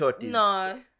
No